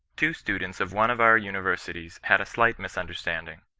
two students of one of our universities had a slight misunderstanding.